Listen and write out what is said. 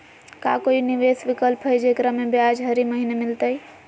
का कोई निवेस विकल्प हई, जेकरा में ब्याज हरी महीने मिलतई?